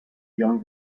young